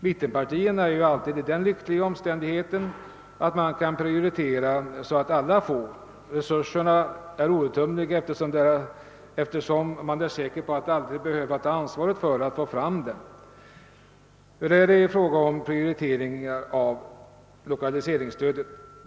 Mittenpartierna är ju alltid i den lyckliga omständigheten att de kan prioritera så att alla får sin del; resurserna är outtömliga eftersom oppo .sitionen är säker på att aldrig behöva ta ansvaret för att få fram dem. Hur förhåller det sig nu i fråga om prioriteringar av ett lokaliseringsstöd?